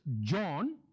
John